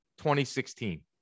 2016